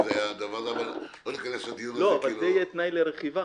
זה יהיה תנאי לרכיבה.